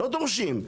לא דורשים,